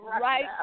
right